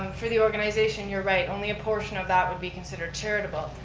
um for the organization, you're right, only a portion of that would be considered charitable.